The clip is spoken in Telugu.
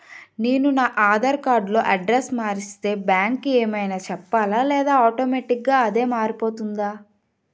నేను నా ఆధార్ కార్డ్ లో అడ్రెస్స్ మార్చితే బ్యాంక్ కి ఏమైనా చెప్పాలా లేదా ఆటోమేటిక్గా అదే మారిపోతుందా?